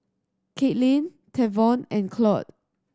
Katelynn Tavon and Claude